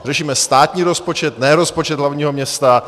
Řešíme státní rozpočet, ne rozpočet hlavního města.